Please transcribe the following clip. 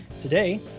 Today